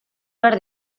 behar